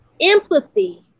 empathy